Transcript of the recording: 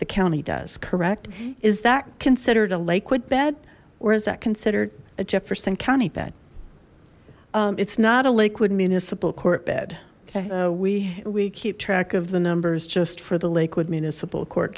the county does correct is that considered a liquid bed or is that considered a jefferson county bed it's not a liquid municipal court bed we we keep track of the numbers just for the lakewood municipal court